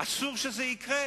אסור שזה יקרה.